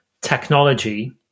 technology